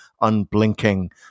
unblinking